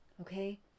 Okay